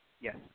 yes